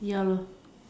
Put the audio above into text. ya lor